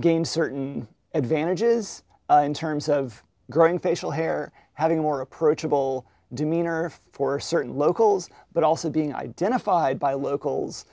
gained certain advantages in terms of growing facial hair having more approachable demeanor for certain locals but also being identified by locals